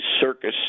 circus